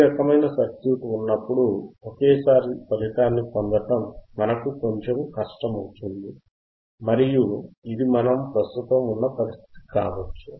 ఈ రకమైన సర్క్యూట్ ఉన్నప్పుడు ఒకేసారి ఫలితాన్ని పొందడం మనకు కొంచెము కష్టమవుతుంది మరియు ఇది మనం ప్రస్తుతం ఉన్న పరిస్థితి కావచ్చు